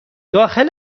داخل